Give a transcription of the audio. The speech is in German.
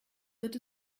wird